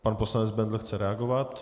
Pan poslanec Bendl chce reagovat.